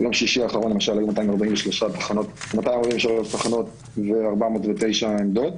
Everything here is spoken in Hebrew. ביום שישי האחרון למשל היו 243 תחנות ו-409 עמדות,